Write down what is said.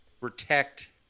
protect